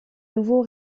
nouveau